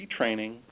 retraining